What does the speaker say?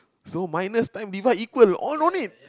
so minus times divide equal all don't need